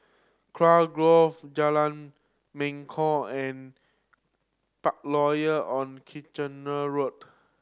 Kurau Grove Jalan Mangkok and Parkroyal on Kitchener Road